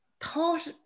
thought